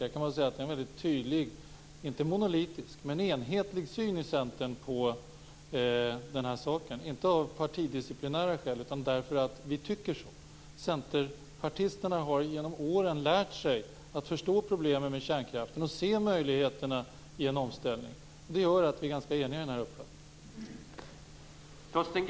Man kan säga att det är en väldigt tydlig syn - inte monolitisk men enhetlig - i Centern på den här frågan, inte av partidisciplinära skäl utan därför att vi tycker så. Centerpartisterna har genom åren lärt sig att förstå problemen med kärnkraften och att se möjligheterna i en omställning. Det gör att vi är ganska eniga i vår uppfattning.